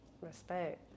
Respect